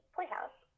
Playhouse